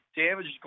damage